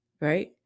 right